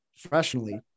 professionally